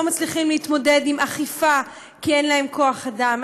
מצליחים להתמודד עם אכיפה כי אין להם כוח אדם.